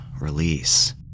release